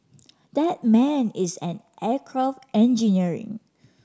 that man is an aircraft engineering